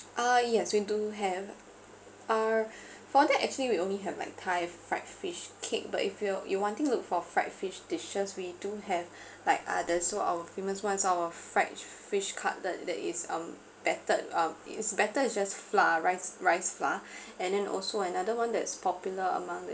uh yes we do have uh for that actually we only have like thai fried fish cake but if you you wanting look for fried fish dishes we do have like other so our famous ones is our fried fish cutlet that is um battered uh it's batter is just flour rice rice flour and then also another one that's popular among the